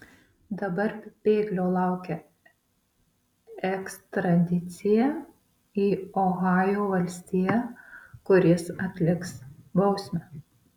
dabar bėglio laukia ekstradicija į ohajo valstiją kur jis atliks bausmę